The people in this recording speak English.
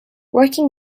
working